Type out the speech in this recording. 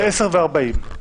ב-10:40.